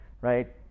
right